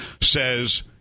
says